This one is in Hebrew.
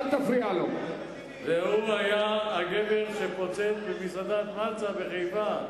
והוא היה הגבר שפוצץ במסעדת "מצה" בחיפה.